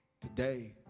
today